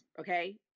okay